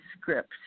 script